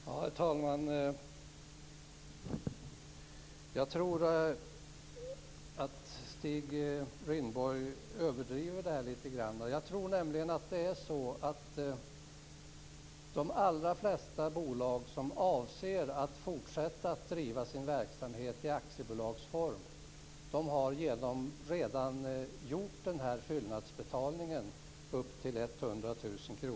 Herr talman! Jag tror att Stig Rindborg överdriver det här litet grand. Jag tror nämligen att de allra flesta bolag som avser att fortsätta att driva sin verksamhet i aktiebolagsform redan har gjort den här fyllnadsinbetalningen på upp till 100 000 kr.